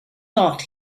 thought